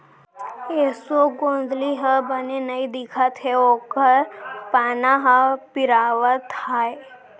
एसों गोंदली ह बने नइ दिखत हे ओकर पाना ह पिंवरावत हे